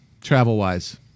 travel-wise